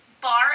bar